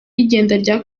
rya